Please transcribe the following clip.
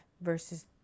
versus